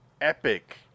epic